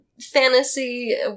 fantasy